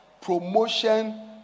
promotion